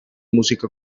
música